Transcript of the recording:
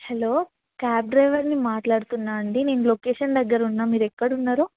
hello cab డ్రైవర్ని మాట్లాడుతున్నాను అండి నేను లొకేషన్ దగ్గర ఉన్నాను మీరు ఎక్కడ ఉన్నారు